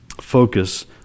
Focus